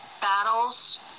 battles